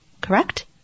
Correct